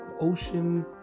Ocean